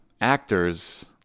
actors